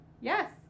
Yes